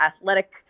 athletic